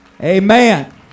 Amen